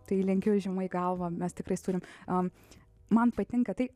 tai lenkiu žemai galvą mes tikrai turim a man patinka tai